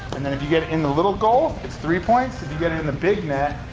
and then if you get it in the little goal, it's three points. if you get it in the big mat.